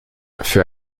für